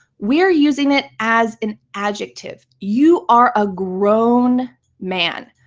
we're using it as an adjective. you are a grown man.